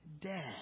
dead